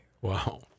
Wow